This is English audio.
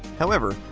however,